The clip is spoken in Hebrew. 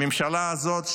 הממשלה הזאת,